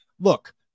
Look